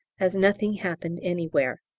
as nothing happened anywhere.